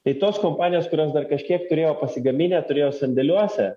tai tos kompanijos kurios dar kažkiek turėjo pasigaminę turėjo sandėliuose